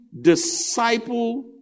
disciple